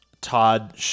Todd